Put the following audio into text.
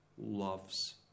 loves